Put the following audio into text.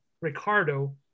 Ricardo